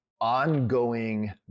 ongoing